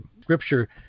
scripture